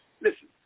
Listen